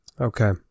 Okay